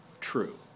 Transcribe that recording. true